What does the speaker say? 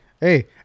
Hey